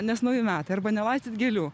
nes nauji metai arba nelaistyt gėlių